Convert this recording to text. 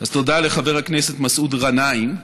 תודה לחבר הכנסת מסעוד גנאים.